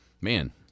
man